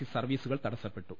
C സർവീസുകൾ തടസ്സപ്പെട്ടു